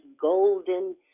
golden